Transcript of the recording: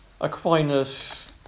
Aquinas